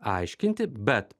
aiškinti bet